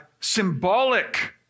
symbolic